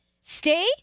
stay